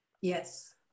Yes